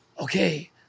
okay